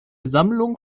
sammlung